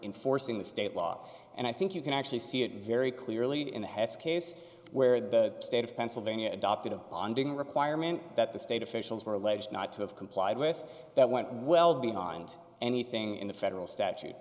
enforcing the state law and i think you can actually see it very clearly in the hess case where the state of pencil then you adopted a bonding requirement that the state officials were alleged not to have complied with that went well beyond anything in the federal statute